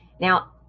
Now